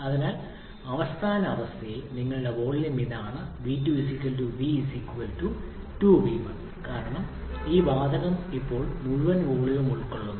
അതിനാൽ അവസാന അവസ്ഥയിൽ നിങ്ങളുടെ വോളിയം ഇതാണ് V2 V 2 V1 കാരണം ഈ വാതകം ഇപ്പോൾ മുഴുവൻ വോളിയവും ഉൾക്കൊള്ളുന്നു